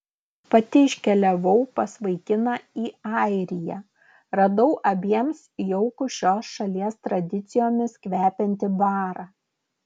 pati iškeliavau pas vaikiną į airiją radau abiems jaukų šios šalies tradicijomis kvepiantį barą